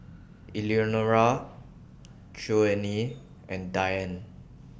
Eleanora Joanie and Diane